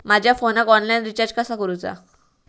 माझ्या फोनाक online recharge कसा करू?